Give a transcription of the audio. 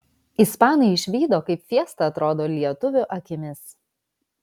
ispanai išvydo kaip fiesta atrodo lietuvių akimis